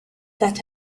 that